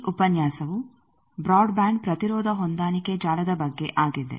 ಈ ಉಪನ್ಯಾಸವು broadband ಪ್ರತಿರೋಧ ಹೊಂದಾಣಿಕೆ ಜಾಲದ ಬಗ್ಗೆ ಆಗಿದೆ